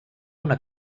una